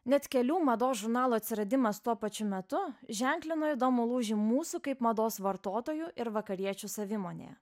net kelių mados žurnalų atsiradimas tuo pačiu metu ženklino įdomų lūžį mūsų kaip mados vartotojų ir vakariečių savimonėje